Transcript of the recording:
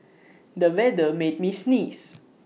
the weather made me sneeze